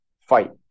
fight